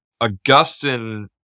Augustine